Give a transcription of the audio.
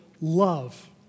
love